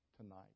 tonight